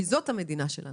כי זאת המדינה שלנו,